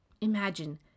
Imagine